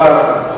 תודה רבה.